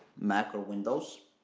mac or windows.